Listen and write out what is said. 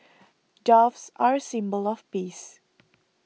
doves are a symbol of peace